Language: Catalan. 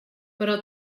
però